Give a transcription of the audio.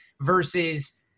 versus